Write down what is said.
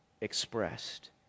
expressed